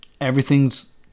Everything's